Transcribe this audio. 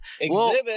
exhibit